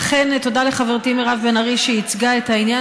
אכן, תודה לחברתי מירב בן ארי שייצגה את העניין.